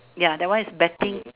ya that one is betting